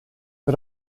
but